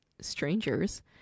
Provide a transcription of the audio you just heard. strangers